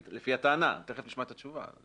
זה לפי הטענה ותכף נשמע את התשובה.